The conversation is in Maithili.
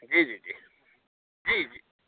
जी जी जी जी जी